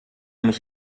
mich